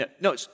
No